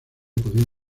podido